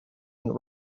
and